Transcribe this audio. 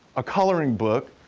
a coloring book,